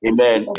Amen